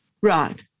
right